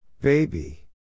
Baby